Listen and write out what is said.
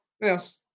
yes